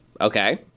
Okay